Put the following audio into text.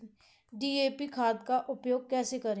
DAP खाद का उपयोग कैसे करें?